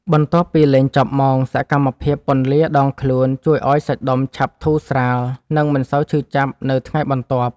បន្ទាប់ពីលេងចប់ម៉ោង សកម្មភាពពន្លាដងខ្លួនជួយឱ្យសាច់ដុំឆាប់ធូរស្រាល និងមិនសូវឈឺចាប់នៅថ្ងៃបន្ទាប់។